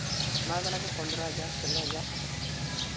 ᱮᱢᱟᱣᱟᱠᱚ ᱠᱟᱱᱟ ᱠᱚ ᱯᱚᱸᱫᱽᱨᱚ ᱦᱟᱡᱟᱨ ᱥᱳᱞᱳ ᱦᱟᱡᱟᱨ